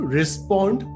respond